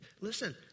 Listen